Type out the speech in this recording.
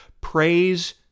Praise